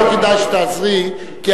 חברת הכנסת יחימוביץ, לא כדאי שתעזרי, כי אז,